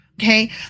Okay